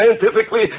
scientifically